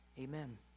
Amen